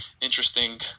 interesting